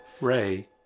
Ray